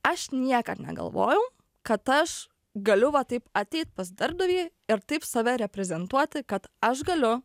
aš niekad negalvojau kad aš galiu va taip ateit pas darbdavį ir taip save reprezentuoti kad aš galiu